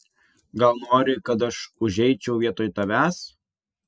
gal nori kad aš užeičiau vietoj tavęs